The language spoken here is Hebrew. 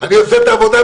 שגם זה חלק מהדיאלוג.